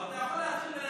--- אבל אתה יכול --- אתה,